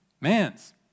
man's